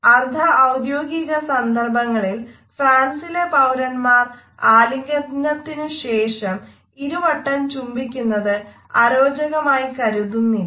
അർദ്ധ ഔദ്യോഗിക സന്ദർഭങ്ങളിൽ ഫ്രാൻസിലെ പൌരന്മാർ ആലിംഗനത്തിനു ശേഷം ഇരുവട്ടം ചുംബിക്കുന്നത് അരോചകമായി കരുതുന്നില്ല